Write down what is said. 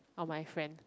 orh my friend